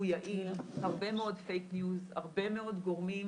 הוא יעיל, הרבה מאוד fake news, הרבה מאוד גורמים